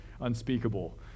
unspeakable